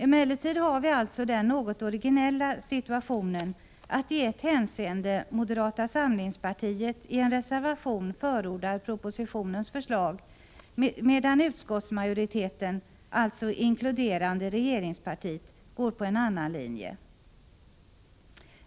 Emellertid har vi den något originella situationen att i ett hänseende moderata samlingspartiet i en reservation förordar propositionens förslag, medan utskottsmajoriteten, alltså inkluderande regeringspartiet, går på en annan linje.